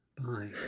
Bye